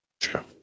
Sure